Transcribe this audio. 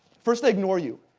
first they ignore you,